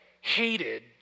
hated